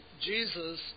Jesus